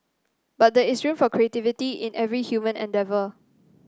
but there is room for creativity in every human endeavour